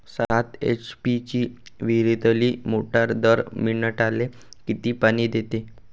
सात एच.पी ची विहिरीतली मोटार दर मिनटाले किती पानी देते?